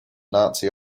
nazi